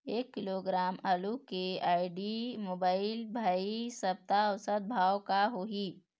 एक किलोग्राम आलू के आईडी, मोबाइल, भाई सप्ता औसत भाव का होही?